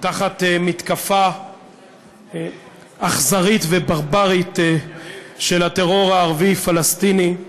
תחת מתקפה אכזרית וברברית של הטרור הערבי הפלסטיני.